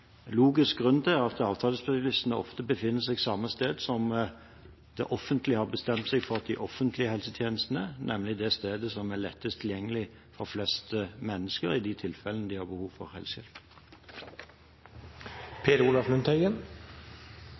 logisk grunn til at avtalespesialistene ofte befinner seg på samme sted som det offentlige har bestemt seg for at de offentlige helsetjenestene skal være, nemlig på det stedet som er lettest tilgjengelig for flest mennesker, i de tilfellene de har behov for helsehjelp.